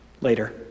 Later